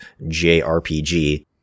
jrpg